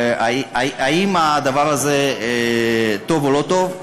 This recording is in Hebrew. האם הדבר הזה טוב או לא טוב.